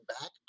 back